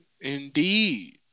indeed